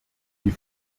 die